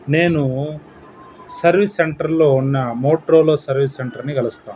నేను సర్వీస్ సెంటర్లో ఉన్న మోట్రోలో సర్వీస్ సెంటర్ని కలుస్తాను